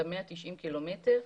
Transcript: את ה-190 קילומטרים,